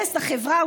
בהרס החברה,